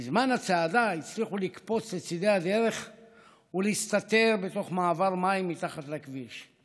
בזמן הצעדה הצליחו לקפוץ לצידי הדרך ולהסתתר בתוך מעבר מים מתחת לכביש.